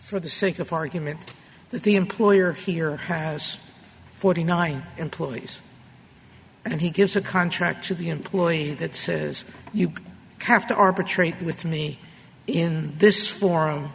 for the sake of argument that the employer here has forty nine employees and he gives a contract to the employee that says you have to arbitrate with me in this forum